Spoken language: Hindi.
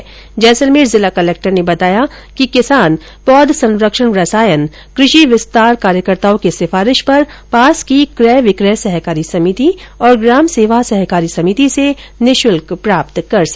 र्जेसलमेर जिला कलेक्टर ने बताया कि किसान पौध संरक्षण रसायन कृषि विस्तार कार्यकर्ताओं की सिफारिश पर पास की क्रय विक्रय सहकारी समिति और ग्राम सेवा सहकारी समिति से निःशल्क प्राप्त कर सकेंगे